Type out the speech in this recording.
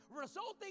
Resulting